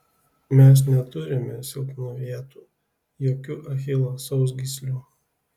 mes neturime silpnų vietų jokių achilo sausgyslių